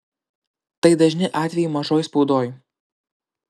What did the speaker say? tai dažni atvejai mažoj spaudoj